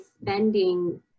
spending